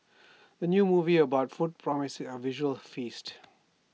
the new movie about food promises A visual feast